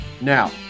Now